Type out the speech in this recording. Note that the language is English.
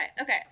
okay